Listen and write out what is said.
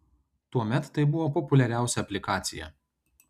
tuomet tai buvo populiariausia aplikacija